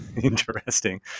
interesting